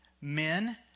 men